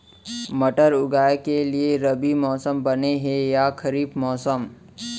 मटर उगाए के लिए रबि मौसम बने हे या खरीफ मौसम?